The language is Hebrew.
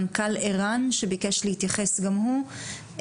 מנכ"ל ערן שביקש להתייחס גם הוא.